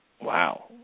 wow